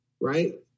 right